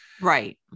Right